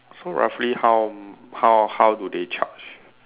so roughly how how how do they charge